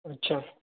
अच्छा